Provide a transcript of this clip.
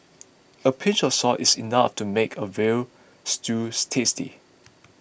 a pinch of salt is enough to make a Veal Stews tasty